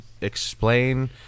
explain